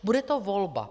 Bude to volba.